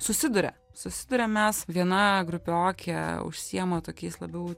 susiduria susiduriam mes viena grupiokė užsiema tokiais labiau